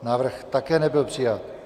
Návrh také nebyl přijat.